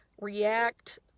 react